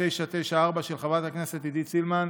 פ/2994/24, של חברת הכנסת עידית סילמן,